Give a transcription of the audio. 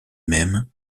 même